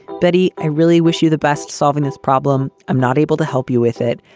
betty, i really wish you the best solving this problem. i'm not able to help you with it.